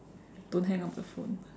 don't hang up the phone